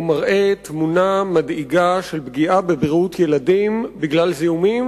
הוא מראה תמונה מדאיגה של פגיעה בבריאות ילדים בגלל זיהומים,